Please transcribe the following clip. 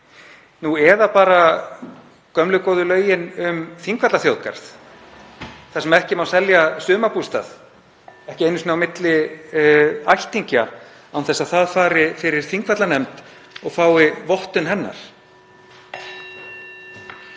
Nú eða bara gömlu góðu lögin um Þingvallaþjóðgarð þar sem ekki má selja sumarbústað, ekki einu sinni á milli ættingja, án þess að það fari fyrir Þingvallanefnd og fái vottun hennar.